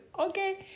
okay